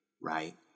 Right